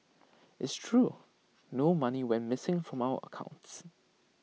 it's true no money went missing from our accounts